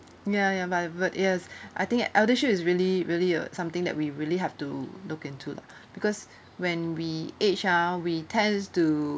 ya ya but yes I think eldershield is really really uh something that we really have to look into lah because when we age ah we tends to